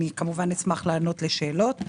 כמובן אשמח לענות לשאלות.